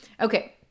Okay